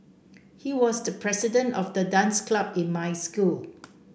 he was the president of the dance club in my school